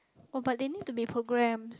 oh but they need to be programmed